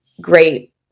great